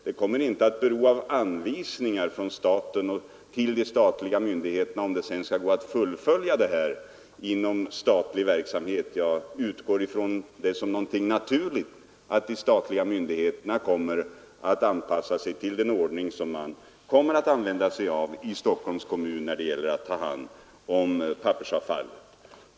Det kommer inte att bero av anvisningar till de statliga myndigheterna, om det sedan skall gå att fullfölja verksamheten inom det statliga området. Jag utgår ifrån som något naturligt att de statliga myndigheterna kommer att anpassa sig till den ordning som man kommer att tillämpa i Stockholms kommun när det gäller att ta hand om pappersavfall.